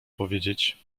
powiedzieć